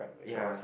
ya